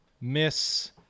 miss